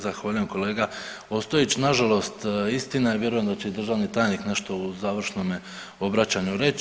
Zahvaljujem kolega Ostojić, nažalost istina je, vjerujem da će i državni tajnik nešto u završnome obraćanju reći.